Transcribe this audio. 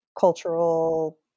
cultural